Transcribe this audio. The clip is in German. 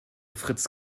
fritz